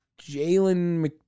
Jalen